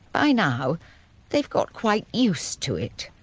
by now they've got quite used to it.